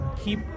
keep